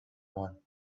one